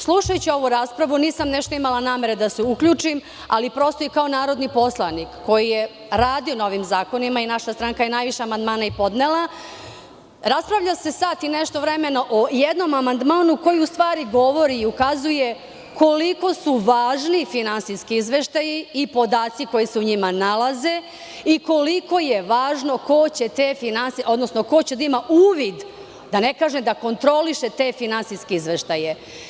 Slušajući ovu raspravu, nisam imala nešto namere da se uključim, ali prosto i kao narodni poslanik koji je radio na ovim zakonima i naša stranaka je najviše amandmana i podnela, raspravlja se sati nešto vremena o jednom amandmanu koji u stvari govori i ukazuje koliko su važni finansijski izveštaji i podaci koji se u njima nalaze i koliko je važno ko će da ima uvid, da ne kažem, da kontroliše te finansijske izveštaje.